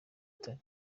butare